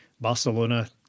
Barcelona